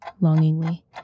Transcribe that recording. longingly